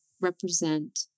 represent